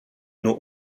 nur